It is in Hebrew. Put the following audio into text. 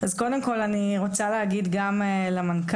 אז קודם כל אני רוצה להגיד גם למנכ"ל,